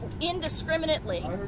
indiscriminately